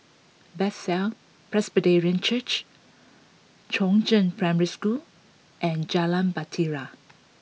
Bethel Presbyterian Church Chongzheng Primary School and Jalan Bahtera